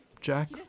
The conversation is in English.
Jack